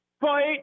Fight